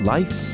Life